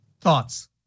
thoughts